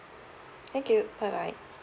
thank you bye bye